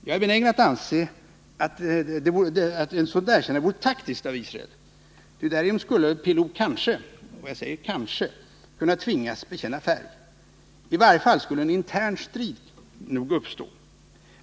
Jag är benägen anse att ett sådant erkännande vore taktiskt av Israel, ty därigenom skulle PLO kanske — jag säger kanske — kunna tvingas bekänna färg. I varje fall skulle en intern strid nog uppstå.